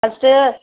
first